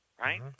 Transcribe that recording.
right